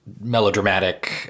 melodramatic